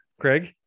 Craig